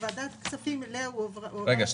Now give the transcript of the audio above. ועדת הכספים אליה הועבר --- רגע,